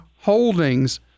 holdings